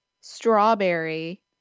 strawberry